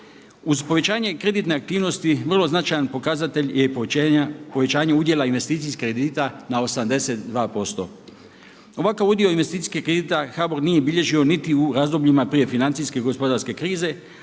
Uz povećanje kreditne aktivnost vrlo značajan pokazatelj je i povećanje udjela investicijskih kredita na 82%. Ovakav udio investicijskih kredita HBOR nije bilježio niti u razdobljima prije financijske gospodarske krize